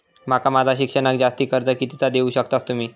माका माझा शिक्षणाक जास्ती कर्ज कितीचा देऊ शकतास तुम्ही?